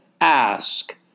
Ask